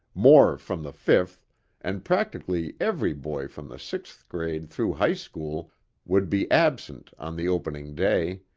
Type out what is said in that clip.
more from the fifth and practically every boy from the sixth grade through high school would be absent on the opening day,